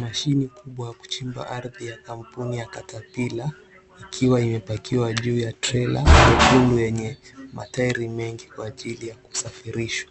Mashini kubwa ya kuchimba ardhi ya kampuni ya Catapillar ikiwa imepakiwa juu ya trela ya nyekundu yenye mataeli mengi kwa ajili ya kusafirishwa.